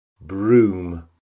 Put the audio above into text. Broom